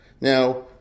Now